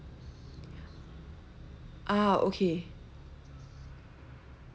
ah okay